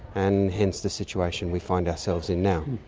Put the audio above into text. and hence the situation we find ourselves in now.